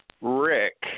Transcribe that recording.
Rick